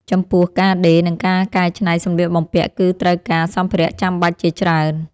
ចំពោះ ការដេរ និងការកែច្នៃសម្លៀកបំពាក់ គឺត្រូវការសម្ភារៈចាំបាច់ជាច្រើន។